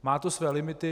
Má to své limity.